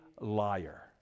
liar